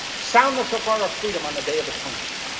sound the shofar of freedom on the day of atonement.